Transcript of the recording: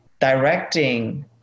directing